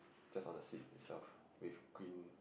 just on the seat itself with green